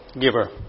giver